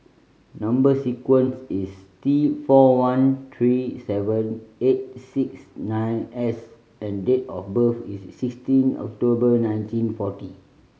number sequence is T four one three seven eight six nine S and date of birth is sixteen October nineteen forty